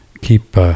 keep